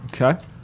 okay